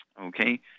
Okay